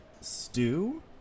Stew